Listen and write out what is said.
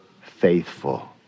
faithful